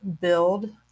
build